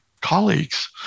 colleagues